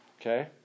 Okay